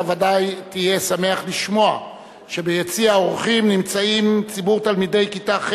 אתה ודאי תהיה שמח לשמוע שביציע האורחים נמצאים תלמידי כיתה ח'